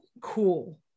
cool